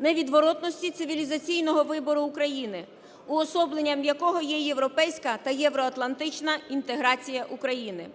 невідворотності цивілізаційного вибору України, уособленням якого є європейська та євроатлантична інтеграція України.